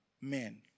men